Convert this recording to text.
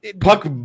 puck